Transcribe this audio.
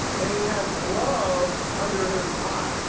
and he has love under his eye.